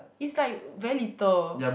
is like very little